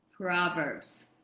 Proverbs